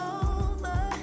over